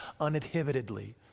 uninhibitedly